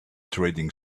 trading